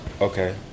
Okay